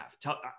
Tell